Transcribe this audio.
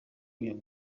uyu